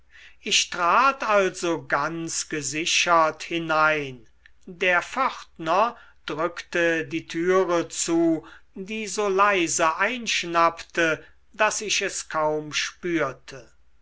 ich trat also ganz gesichert hinein der pförtner drückte die türe zu die so leise einschnappte daß ich es kaum spürte